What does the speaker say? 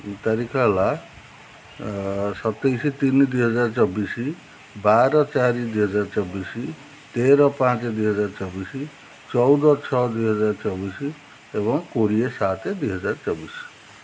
ତାରିଖ ହେଲା ସତେଇଶ ତିନି ଦୁଇ ହଜାର ଚବିଶ ବାର ଚାରି ଦୁଇ ହଜାର ଚବିଶ ତେର ପାଞ୍ଚ ଦୁଇ ହଜାର ଚବିଶ ଚଉଦ ଛଅ ଦୁଇ ହଜାର ଚବିଶ ଏବଂ କୋଡ଼ିଏ ସାତ ଦୁଇ ହଜାର ଚବିଶ